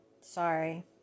Sorry